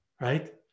right